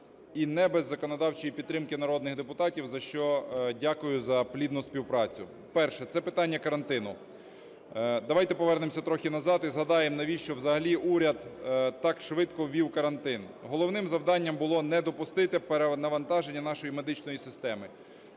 і не без законодавчої підтримки народних депутатів, за що дякую, за плідну співпрацю. Перше. Це питання карантину. Давайте повернемося трохи назад і згадаємо, навіщо взагалі уряд так швидко ввів карантин. Головним завданням було не допустити перенавантаження нашої медичної системи.